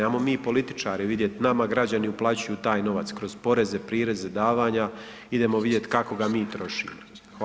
Ajmo mi političari vidjet, nama građani uplaćuju taj novac kroz poreze, prireze, davanja, idemo vidjet kako ga mi trošimo.